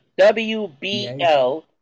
WBL